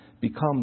become